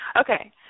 Okay